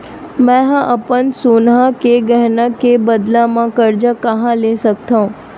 मेंहा अपन सोनहा के गहना के बदला मा कर्जा कहाँ ले सकथव?